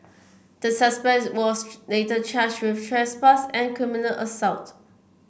the suspect was later charged with trespass and criminal assault